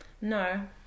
No